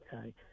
Okay